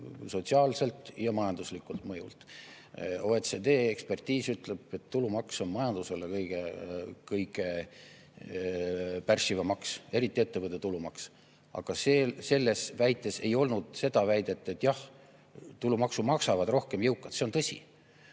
sotsiaalselt ja majanduslikult mõjult. OECD ekspertiis ütleb, et tulumaks on majandusele kõige pärssivam maks, eriti ettevõtte tulumaks. Aga selles väites ei olnud seda väidet, et jah, tulumaksu maksavad rohkem jõukad. See on tõsi.